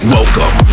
Welcome